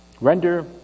Render